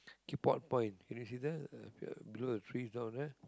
key port point can you see that uh below the trees down there